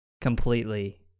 completely